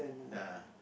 ya